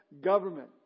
government